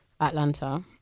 Atlanta